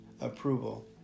approval